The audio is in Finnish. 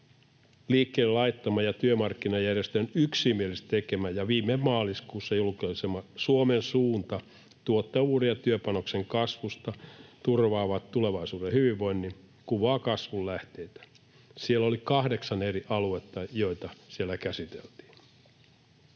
liikkeelle laittama ja työmarkkinajärjestöjen yksimielisesti tekemä ja viime maaliskuussa julkaisema ”Suomen suunta — tuottavuuden ja työpanoksen kasvu turvaavat tulevaisuuden hyvinvoinnin” kuvaa kasvun lähteitä. Siellä oli kahdeksan eri aluetta, joita käsiteltiin.